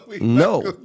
No